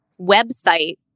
website